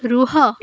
ରୁହ